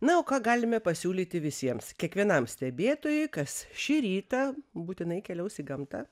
na o ką galime pasiūlyti visiems kiekvienam stebėtojui kas šį rytą būtinai keliaus į gamtą